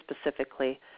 specifically